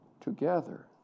together